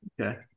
Okay